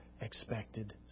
expected